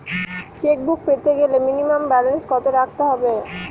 Chequebook পেতে গেলে minimum balance কত রাখতে হবে?